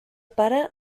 pare